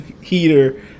heater